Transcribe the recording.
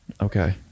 okay